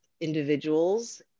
individuals